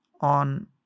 on